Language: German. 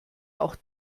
auch